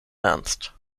ernst